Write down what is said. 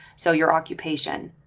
so your occupation.